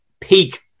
peak